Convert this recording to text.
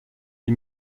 les